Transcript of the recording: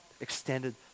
extended